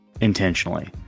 intentionally